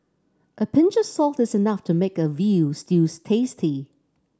a pinch of salt is enough to make a veal stews tasty